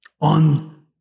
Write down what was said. on